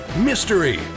mystery